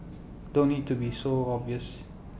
don't need to be so obvious